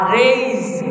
raise